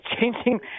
changing